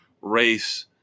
race